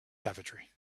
savagery